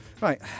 right